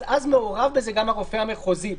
ואז מעורב בזה גם הרופא המחוזי,